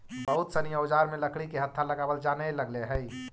बहुत सनी औजार में लकड़ी के हत्था लगावल जानए लगले हई